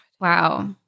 wow